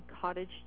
cottage